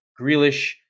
Grealish